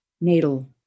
natal